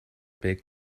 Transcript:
big